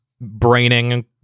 braining